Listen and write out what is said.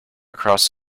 across